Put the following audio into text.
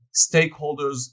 stakeholders